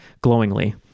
glowingly